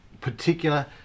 particular